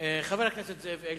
חבר הכנסת זאב אלקין,